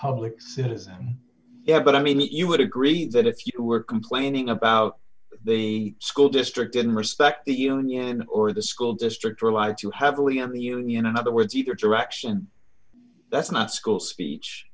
public citizen yeah but i mean that you would agree that if you were complaining about the school district didn't respect the union or the school district relied too heavily on the union in other words your direction that's not school speech